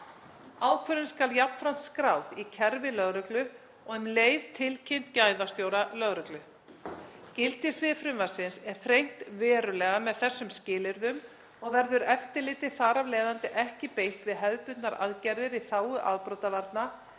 Ákvörðun skal jafnframt skráð í kerfi lögreglu og um leið tilkynnt gæðastjóra lögreglu. Gildissvið frumvarpsins er þrengt verulega með þessum skilyrðum og verður eftirliti þar af leiðandi ekki beitt við hefðbundnar aðgerðir í þágu afbrotavarna